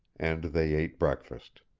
and they ate breakfast.